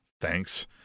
Thanks